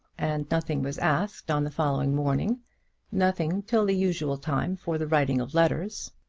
and nothing was asked on the following morning nothing till the usual time for the writing of letters.